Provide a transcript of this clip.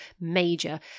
major